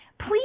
please